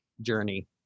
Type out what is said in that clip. journey